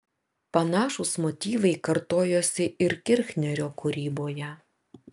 panašūs motyvai kartojosi ir kirchnerio kūryboje